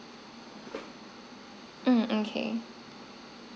mm okay